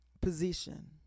position